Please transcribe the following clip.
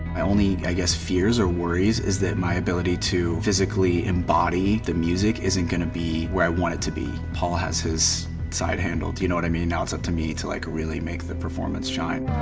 only i guess fears or worries is that my ability to physically embody the music isn't gonna be where i want it to be. paul has his side handled, you know what i mean? now it's up to me to like really make the performance shine.